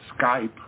Skype